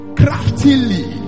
craftily